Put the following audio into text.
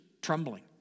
trembling